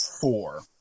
four